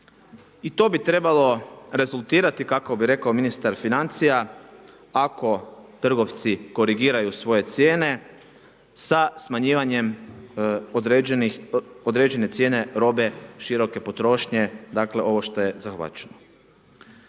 I to bi trebalo rezultirati, kako bi rekao ministar financija, ako trgovci korigiraju svoje cijene sa smanjivanjem određene cijene robe široke potrošnje, dakle ovo što je zahvaćeno.